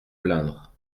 plaindre